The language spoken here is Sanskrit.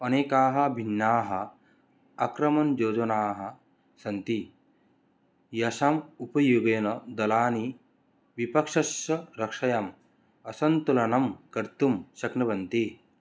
अनेकाः भिन्नाः आक्रमणयोजना सन्ति यासाम् उपयोगेन दलानि विपक्षश्च रक्षायाम् असन्तुलनं कर्तुं शक्नुवन्ति